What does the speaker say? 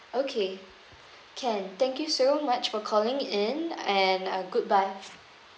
okay can thank you so much for calling in and uh goodbye